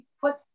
put